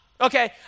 okay